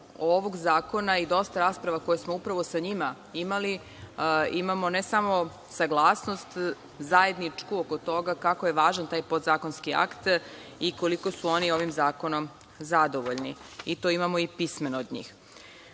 ovog zakona i dosta rasprava koje smo upravo sa njima imali, imamo, ne samo saglasnost, zajedničku oko toga kako ja važan taj podzakonski akt, i koliko su oni ovim zakonom zadovoljni, i to imamo pismeno od njih. Rekli